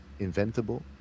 inventable